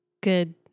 Good